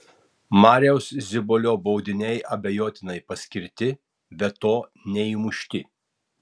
mariaus zibolio baudiniai abejotinai paskirti be to neįmušti